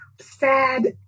sad